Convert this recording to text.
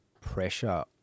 pressure